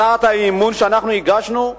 הצעת האי-אמון שהגשנו,